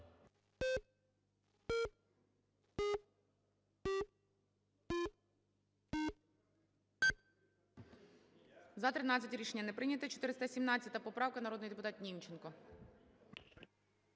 За-13 Рішення не прийнято. 417 поправка, народний депутат Німченко.